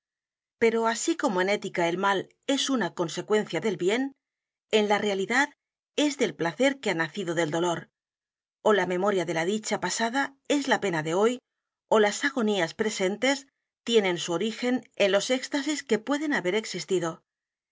pero así como en ética el mal es una consecuencia del bien en la realidad es del placer que ha nacido el dolor o la memoria de la dicha pasada es la pena de hoy ó las agonías presentes tienen su origen en los éxtasis que pueden haber existido